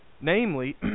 namely